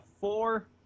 four